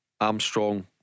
Armstrong